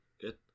Good